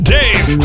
Dave